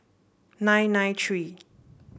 nine nine three